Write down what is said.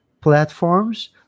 platforms